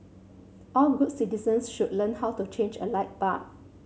all good citizens should learn how to change a light bulb